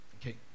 okay